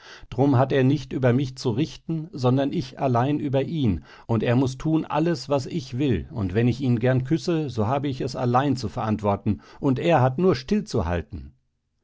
drum hat nicht er über mich zu richten sondern ich allein über ihn und er muß tun alles was ich will und wenn ich ihn gern küsse so habe ich es allein zu verantworten und er hat nur still zu